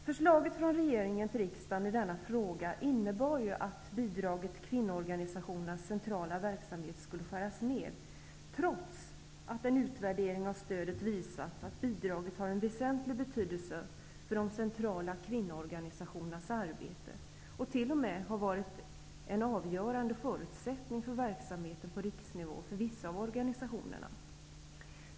Förslaget från regeringen till riksdagen i denna fråga innebar ju att bidraget till kvinnoorganisationernas centrala verksamhet skulle skäras ner, trots att en utvärdering av stödet visat att bidraget har en väsentlig betydelse för de centrala kvinnoorganisationernas arbete och t.o.m. har varit en avgörande förutsättning för verksamheten på riksnivå för vissa av organisationerna.